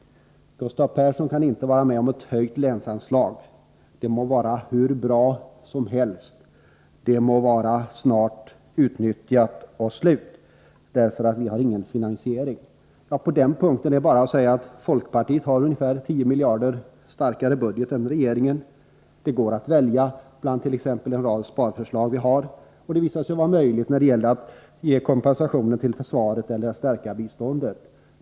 Gustav Persson kan inte vara med om ett höjt länsanslag — det må vara hur bra som helst, det må vara snart helt utnyttjat och slut — därför att vi inte har någon finansiering. På den punkten är bara att säga att folkpartiet har ungefär 10 miljarder starkare budget än regeringen. Det går att välja mellan en rad sparförslag. Det visade sig vara möjligt när det gällde att ge kompensation till försvaret eller att stärka u-landsbiståndet.